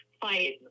fight